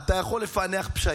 אתה יכול לפענח פשעים.